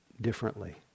differently